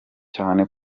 cyane